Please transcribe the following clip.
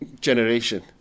generation